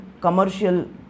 commercial